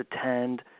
attend